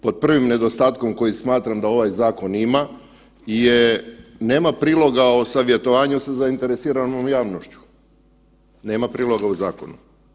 Pod prvim nedostatkom koji smatram da ovaj zakon ima je, nema priloga o savjetovanju sa zainteresiranom javnošću, nema priloga u zakonu.